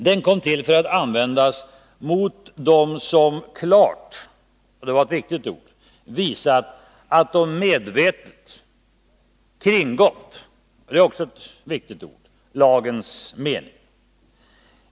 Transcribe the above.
Den kom till för att användas mot dem som klart — och det var ett viktigt ord — visat att de medvetet kringgått — det är också ett viktigt ord — lagens mening.